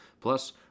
Plus